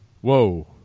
Whoa